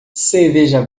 cerveja